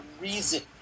reason